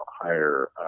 higher